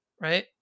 Right